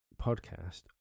podcast